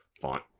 font